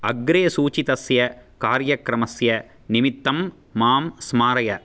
अग्रे सूचितस्य कार्यक्रमस्य निमित्तं मां स्मारय